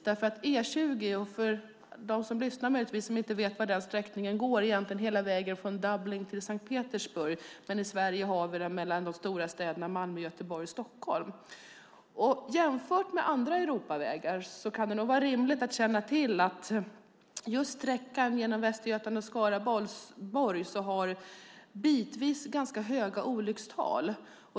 Det händer alltså en del, dock inte tillräckligt. I Sverige har vi den mellan de stora städerna Malmö, Göteborg och Stockholm. Det kan vara bra att känna till att just på sträckan genom Västergötland och Skaraborg har vi bitvis ganska höga olyckstal.